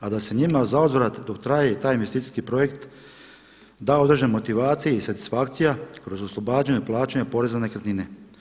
A da se njima za uzvrat dok traje taj investicijski projekt da određena motivacija i satisfakcija kroz oslobađanje od plaćanja poreza na nekretnine.